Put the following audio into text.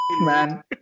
man